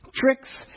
tricks